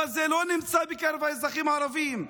אבל זה לא נמצא בקרב האזרחים הערבים.